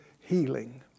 Healing